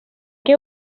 què